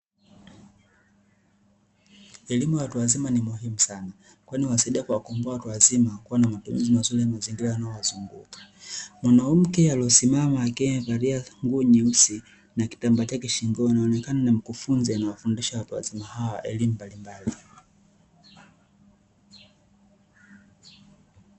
Elimu ya watu wazima ni muhimu sana, kwani huwasaidia kuwakomboa watu wazima kuwa na matumizi mazuri ya mazingira yanayo wazunguka. Mwanamke aliosimama aliye valia nguo nyeusi na kitambaa chake shingoni anaonekana ni mkufunzi anae wafundisha watuwazima hawa elimu mbalimbali.